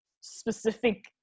specific